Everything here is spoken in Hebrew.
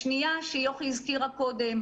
השנייה שיוכי הזכירה קודם,